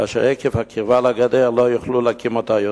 ואשר עקב הקרבה לגדר לא יוכלו להקים אותו.